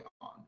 on